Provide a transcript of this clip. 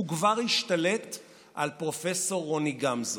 הוא כבר השתלט על פרופ' רוני גמזו.